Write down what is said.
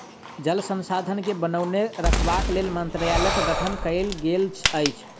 जल संसाधन के बनौने रखबाक लेल मंत्रालयक गठन कयल गेल अछि